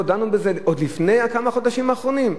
לא דנו בזה עוד לפני החודשים האחרונים?